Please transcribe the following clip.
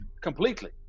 completely